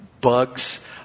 bugs